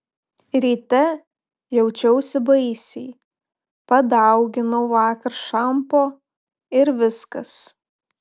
ryte jaučiausi baisiai padauginau vakar šampo ir viskas